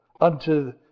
unto